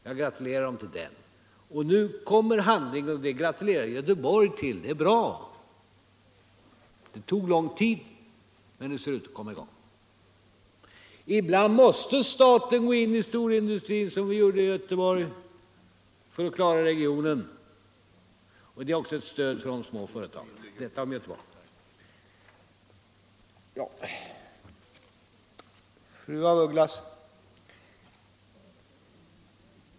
Jag gratulerar dem till den. Nu kom ju handlingen, och det gratulerar jag Göteborg till — det är bra. Det tog lång tid men det ser ut att komma i gång. Ibland måste staten gå in i storindustrin som vi gjorde i Göteborg för att klara regionen, och det är också ett stöd för de små företagen. Detta om Göteborg. Fru af Ugglas!